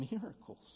miracles